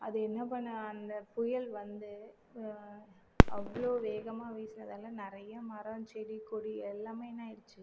அது என்ன பண்ண அந்த புயல் வந்து அவ்வளோ வேகமாக வீசுனதால நிறைய மரம் செடி கொடி எல்லாமே என்ன ஆயிடுச்சு